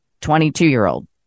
22-year-old